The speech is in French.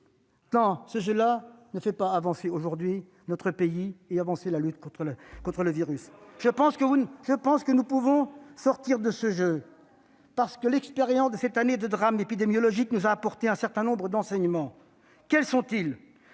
ce jeu-là ne fait pas avancer notre pays, non plus que la lutte contre le virus. Nous pouvons en sortir, parce que l'expérience de cette année de drame épidémiologique nous a apporté un certain nombre d'enseignements. Quels sont-ils ?